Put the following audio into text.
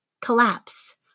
collapse